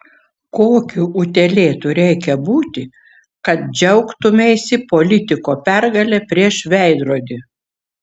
kokiu utėlėtu reikia būti kad džiaugtumeisi politiko pergale prieš veidrodį